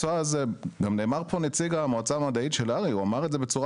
וגם אמר פה נציג המועצה המדעית של הר"י בצורה